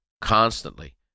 constantly